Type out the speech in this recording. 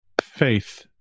faith